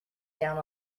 down